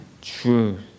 Truth